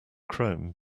chrome